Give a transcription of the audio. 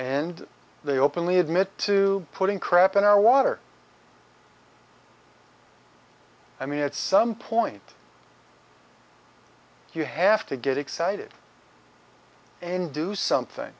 and they openly admit to putting crap in our water i mean at some point you have to get excited and do something